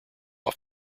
off